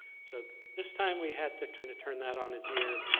so at this time we have to kind of turn that on its ear,